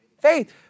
faith